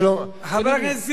חבר הכנסת נסים זאב,